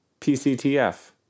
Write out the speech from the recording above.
PCTF